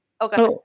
okay